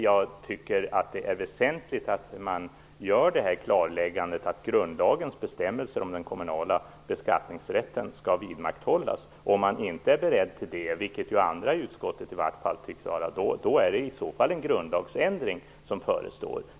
Jag tycker dock att det är väsentligt att klargöra att grundlagens bestämmelser om den kommunala beskattningsrätten skall vidmakthållas. Om man inte är beredd till det, vilket det andra utskottet tycks vara, är det en grundlagsändring man föreslår.